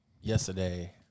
yesterday